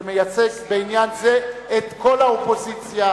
שמייצג בעניין זה את כל האופוזיציה,